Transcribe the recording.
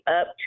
up